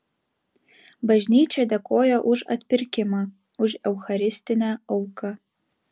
bažnyčia dėkoja už atpirkimą už eucharistinę auką